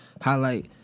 highlight